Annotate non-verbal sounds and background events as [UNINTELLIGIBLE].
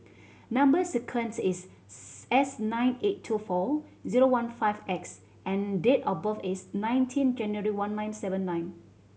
number sequence is [UNINTELLIGIBLE] S nine eight two four zero one five X and date of birth is nineteen January one nine seven nine